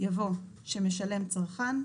יבוא "שמשלם צרכן,